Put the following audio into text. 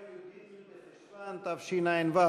היום י"ג בחשוון התשע"ו,